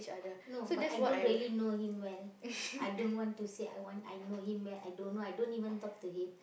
no but I don't really know him well I don't want to say I want I know him well I don't know I don't even talk to him